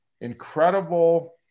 incredible